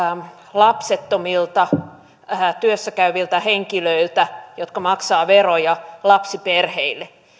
lapsettomilta työssä käyviltä henkilöiltä jotka maksavat veroja lapsiperheille